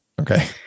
Okay